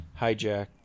hijack